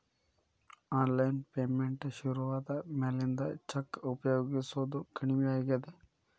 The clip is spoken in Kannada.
ಆನ್ಲೈನ್ ಪೇಮೆಂಟ್ ಶುರುವಾದ ಮ್ಯಾಲಿಂದ ಚೆಕ್ ಉಪಯೊಗಸೋದ ಕಡಮಿ ಆಗೇದ